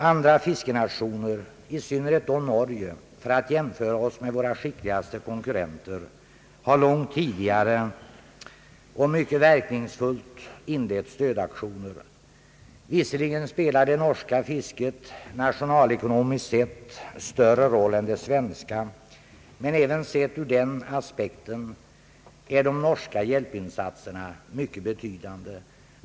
Andra fiskerinationer — i synnerhet Norge, för att jämföra oss med våra skickligaste konkurrenter — har långt tidigare och mycket verkningsfullt inlett stödaktioner. Visserligen spelar det norska fisket nationalekonomiskt sett större roll än det svenska, men även sett ur den aspekten är de norska hjälpinsatserna mycket betydande.